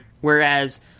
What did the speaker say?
Whereas